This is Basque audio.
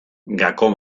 gako